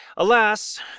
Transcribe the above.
Alas